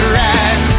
right